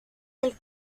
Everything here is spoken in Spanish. del